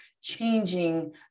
changing